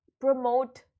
promote